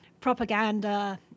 propaganda